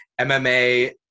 MMA